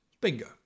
bingo